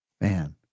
man